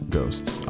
ghosts